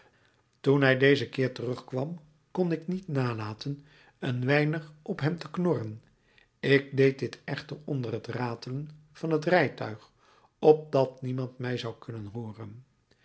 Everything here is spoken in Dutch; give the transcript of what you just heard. toen hij dezen keer terugkwam kon ik niet nalaten een weinig op hem te knorren ik deed dit echter onder het ratelen van t rijtuig opdat niemand mij zou kunnen hooren